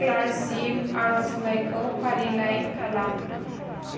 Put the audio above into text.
scholarship आरजलाइखौ फारिलाइ खालाम